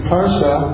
Parsha